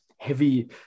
heavy